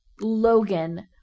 logan